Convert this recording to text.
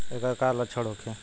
ऐकर का लक्षण होखे?